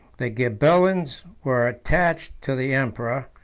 the ghibelins were attached to the emperor,